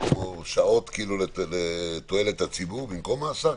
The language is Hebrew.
שעות לתועלת הציבור במקום מאסר?